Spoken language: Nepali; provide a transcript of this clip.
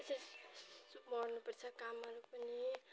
कामहरू पनि